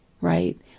right